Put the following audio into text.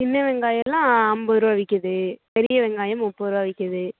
சின்ன வெங்காயம் எல்லாம் அம்பதுரூவா விற்கிது பெரிய வெங்காயம் முப்பதுரூவா விற்கிது